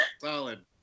Solid